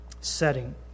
setting